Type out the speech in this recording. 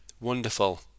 Wonderful